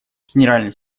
генеральный